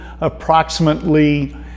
approximately